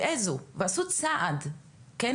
העזו ועשו צעד, כן?